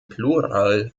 plural